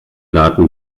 daten